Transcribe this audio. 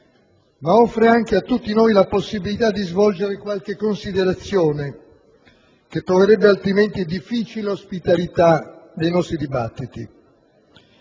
ma offre anche a tutti noi la possibilità di svolgere qualche considerazione, che troverebbe altrimenti difficile ospitalità nei nostri dibattiti.